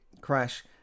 crash